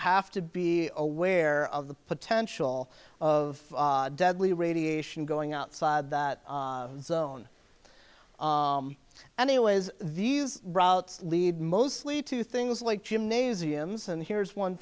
have to be aware of the potential of deadly radiation going outside that zone anyway as these routes lead mostly to things like gymnasiums and here's one